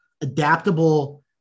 adaptable